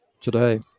today